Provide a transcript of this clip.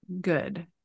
good